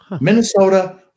Minnesota